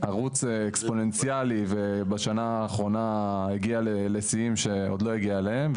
בערוץ אקספוננציאלי ובשנה האחרונה הגיעה לשיאים שעוד לא הגיעה אליהם,